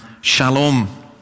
shalom